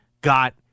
got